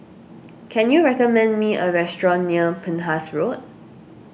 can you recommend me a restaurant near Penhas Road